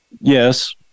Yes